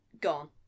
gone